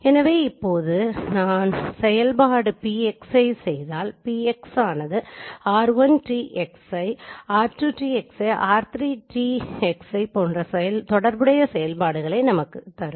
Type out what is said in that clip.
எனவே இப்போது நான் செயல்பாடு PXi செயதால் PXi ஆனது r1T Xi r2T Xi r3T Xi போன்ற தொடர்புடைய செயல்பாடுகளை எனக்குத் தரும்